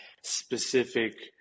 specific